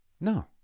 No